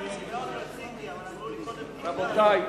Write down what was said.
רבותי,